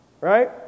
Right